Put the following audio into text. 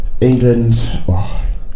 England